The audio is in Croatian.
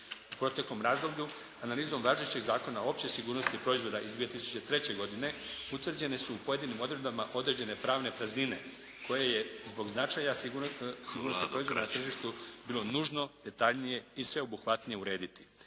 proteklom razdoblju analizom važećeg Zakona o općoj sigurnosti proizvoda iz 2003. godine utvrđene su u pojedinim odredbama određene pravne praznine koje je zbog značaja sigurnosti proizvoda na tržištu bilo nužno detaljnije i sveobuhvatnije urediti.